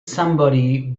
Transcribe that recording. somebody